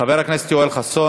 חבר הכנסת יואל חסון.